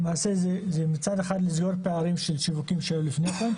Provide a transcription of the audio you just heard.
למעשה זה מצד אחד לסגור את פערים של שיווקים של לפני כן,